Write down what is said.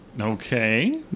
Okay